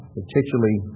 particularly